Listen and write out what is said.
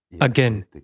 Again